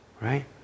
Right